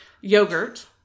Yogurt